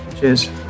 Cheers